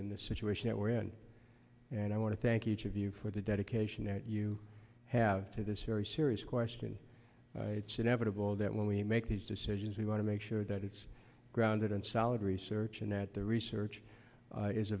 in this situation that we're in and i want to thank each of you for the dedication that you have to this very serious question it's inevitable that when we make these decisions we want to make sure that it's grounded in solid research and that the research